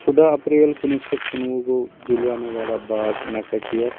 شُرا April کُنوُہ شیٚتھ کُنوُہ گوٚو جلیانا والا باغ میٚسکر